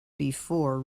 before